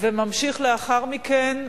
וממשיך לאחר מכן.